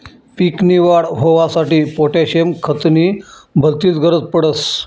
पीक नी वाढ होवांसाठी पोटॅशियम खत नी भलतीच गरज पडस